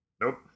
Nope